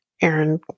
Aaron